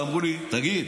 ואמרו לי: תגיד,